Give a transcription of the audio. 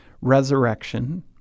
resurrection